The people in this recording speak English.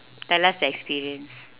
tell us the experience